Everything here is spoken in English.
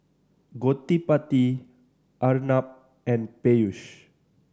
Gottipati Arnab and Peyush